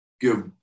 give